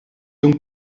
donc